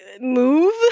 move